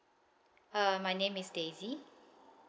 uh my name is daisy